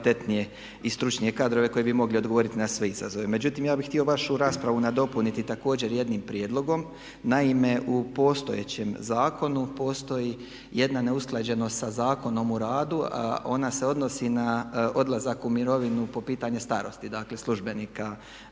i stručnije kadrove koji bi mogli odgovoriti na sve izazove. Međutim, ja bih htio vašu raspravu nadopuniti također jednim prijedlogom. Naime u postojećem zakonu postoji jedna neusklađenost sa Zakonom o radu. Ona se odnosi na odlazak u mirovinu po pitanje starosti, dakle službenika